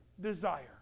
desire